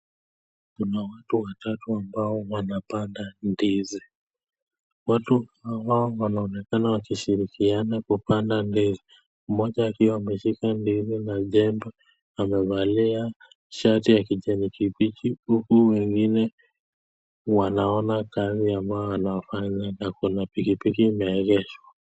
Kuna watu watatu ambao wanapanda ndizi. Watu hawa wanaonekana wakishirikiana kupanda ndizi. Mmoja akiwa ameshika ndizi na jembe amevalia shati ya kijani kibichi huku wengine wanaona kazi ambayo anayofanya na kuna pikipiki imeegeshwa.